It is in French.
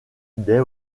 dès